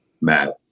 Matt